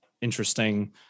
interesting